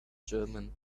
german